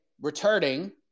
returning